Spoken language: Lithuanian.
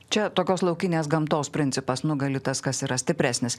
čia tokios laukinės gamtos principas nugali tas kas yra stipresnis